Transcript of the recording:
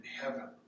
heaven